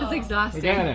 exhausting.